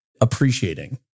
appreciating